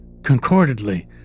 Concordedly